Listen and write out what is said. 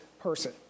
person